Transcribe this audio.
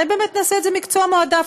אולי באמת נעשה את זה מקצוע מועדף?